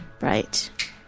Right